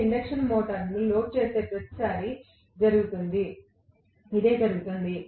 మీరు ఇండక్షన్ మోటారును లోడ్ చేసిన ప్రతిసారీ అదే జరుగుతుంది